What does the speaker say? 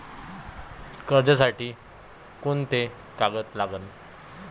कर्जसाठी कोंते कागद लागन?